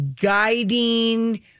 guiding